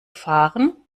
fahren